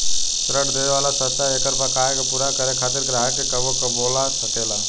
ऋण देवे वाला संस्था एकर बकाया के पूरा करे खातिर ग्राहक के कबो बोला सकेला